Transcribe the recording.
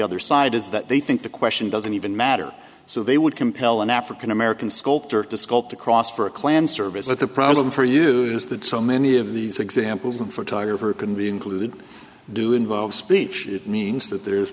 other side is that they think the question doesn't even matter so they would compel an african american sculptor to sculpt across for a klan service but the problem for you is that so many of these examples of photographer can be included do involve speech that means that there